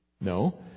No